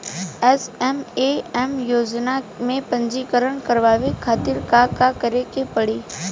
SMAM योजना में पंजीकरण करावे खातिर का का करे के पड़ी?